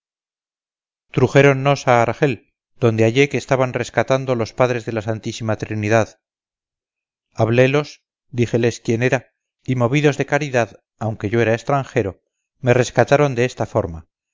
trujéronnos a argel donde hallé que estaban rescatando los padres de la santísima trinidad hablélos díjeles quién era y movidos de caridad aunque yo era extranjero me rescataron en esta forma